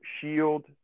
shield